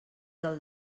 del